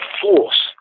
force